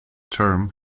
term